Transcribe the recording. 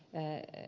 sitten ed